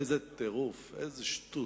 איזה טירוף, איזו שטות.